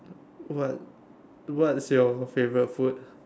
what what's your favourite food